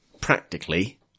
practically